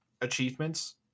achievements